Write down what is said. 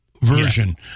version